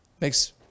Makes